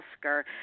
Oscar